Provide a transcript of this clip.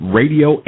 radio